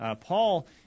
Paul